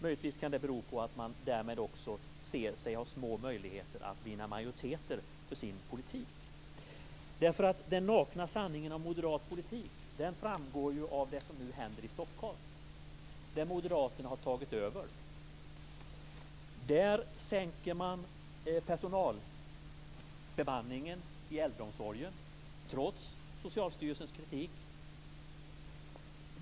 Möjligtvis kan det bero på att man därmed också ser sig ha små möjligheter att vinna majoriteter för sin politik. Den nakna sanningen om moderat politik framgår av det som nu händer i Stockholm, där moderaterna har tagit över. Där sänker man personalbemanningen i äldreomsorgen, trots Socialstyrelsens kritik.